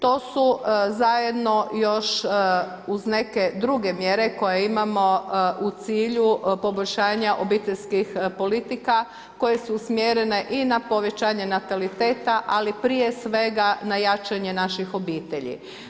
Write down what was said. To su zajedno još uz neke druge mjere koje imamo u cilju poboljšanja obiteljskih politika koje su usmjerene i na povećanje nataliteta, ali prije svega na jačanje naših obitelji.